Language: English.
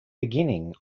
beginning